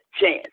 chance